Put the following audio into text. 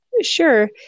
Sure